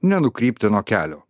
nenukrypti nuo kelio